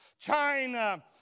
China